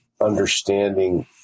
understanding